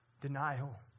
Denial